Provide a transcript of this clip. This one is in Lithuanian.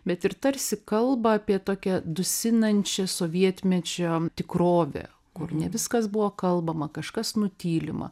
bet ir tarsi kalba apie tokią dusinančią sovietmečio tikrovę kur ne viskas buvo kalbama kažkas nutylima